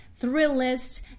Thrillist